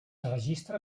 registra